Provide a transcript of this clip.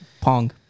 Pong